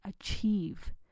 achieve